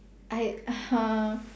I !huh!